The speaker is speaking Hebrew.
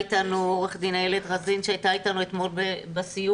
עו"ד איילת רזין שהייתה איתנו אתמול בסיור,